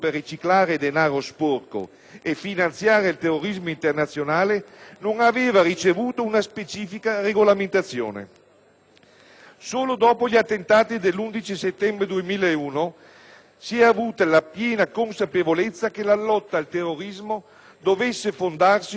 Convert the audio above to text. Solo dopo gli attentati dell'11 settembre 2001, si è avuta la piena consapevolezza che la lotta al terrorismo dovesse fondarsi sul congiunto sforzo non solo di autorità giudiziarie ed investigative, ma anche e soprattutto di istituzioni finanziarie.